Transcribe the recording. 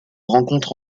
rencontre